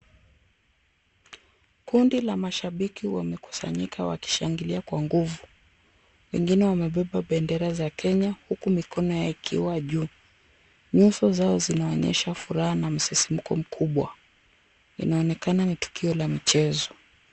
Kundi la mashabiki wamekusanyika wakishangilia kwa nguvu. Wengine wamebeba bendera za kenya huku mikono yao ikiwa juu. Nyuso zao zinaonyesha furaha na msisimko mkubwa. Inaonekana ni tukio la mchezo.